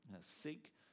Seek